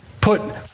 put